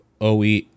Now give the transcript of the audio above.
OE